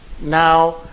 Now